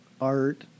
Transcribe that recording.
art